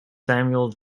samuel